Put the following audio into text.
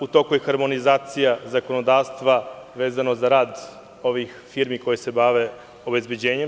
U toku je harmonizacija zakonodavstva vezano za rad ovih firmi koje se bave obezbeđenjem.